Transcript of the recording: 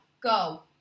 go